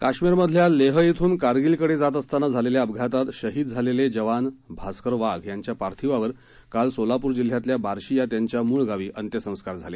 काश्मीरमधल्या लेह इथून कारगिलकडे जात असताना झालेल्या अपघातात शहीद झालेले जवान भास्कर वाघ यांच्या पार्थीवावर काल सोलापूर जिल्ह्यातल्या बार्शी या त्यांच्या मूळ गावी अंत्यसंस्कार झाले